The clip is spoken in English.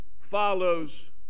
follows